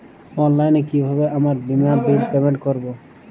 অনলাইনে কিভাবে আমার বীমার বিল পেমেন্ট করবো?